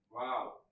Wow